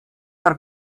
are